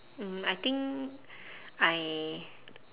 mm I think I